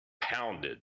pounded